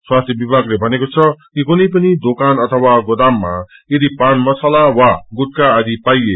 स्वास्थ्य विभागले भनेको छ कि कुनै पिन दोकान अथवा गोदाममा यदि पान मसाला वा गुटखा आदि पाइए